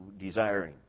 desiring